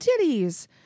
titties